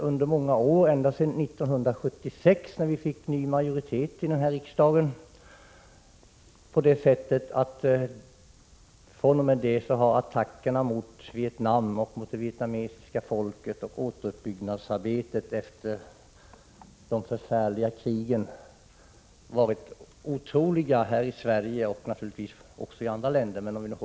Under många år, ända sedan 1976 när vi fick ny majoritet i riksdagen, har attackerna mot Vietnam, det vietnamesiska folket och återuppbyggnadsarbetet efter de förfärliga krigen varit otroliga här i Sverige — och naturligtvis också i andra länder.